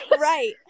Right